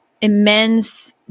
immense